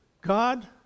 God